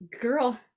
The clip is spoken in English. girl